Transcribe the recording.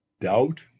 doubt